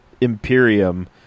Imperium